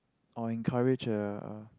or encourage uh uh